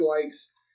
likes